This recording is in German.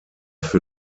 für